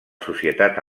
societat